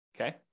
Okay